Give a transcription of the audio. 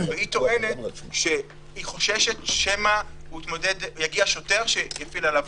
והיא טוענת שהיא חוששת שמא יגיע שוטר שיפעיל עליו